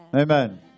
Amen